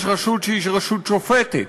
יש רשות שהיא רשות שופטת,